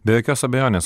be jokios abejonės